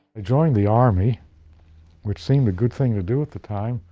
joined the army which seemed a good thing to do at the time